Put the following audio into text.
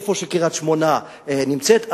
איפה שקריית-שמונה נמצאת,